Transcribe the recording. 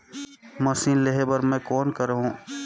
Machine लेहे बर मै कौन करहूं?